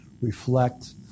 reflect